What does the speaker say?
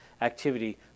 activity